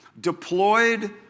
deployed